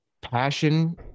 passion